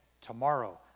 tomorrow